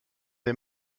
des